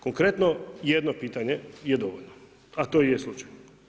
Konkretno jedno pitanje je dovoljno, a to je slučaj.